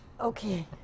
Okay